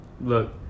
look